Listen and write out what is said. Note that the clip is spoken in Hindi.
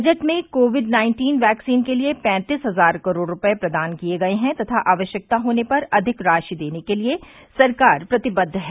बजट में कोविड नाइन्टीन वैक्सीन के लिए पैंतीस हजार करोड़ रुपए प्रदान किये गए हैं तथा आवश्यकता होने पर अधिक राशि देने के लिए सरकार प्रतिबद्ध है